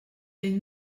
les